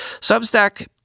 Substack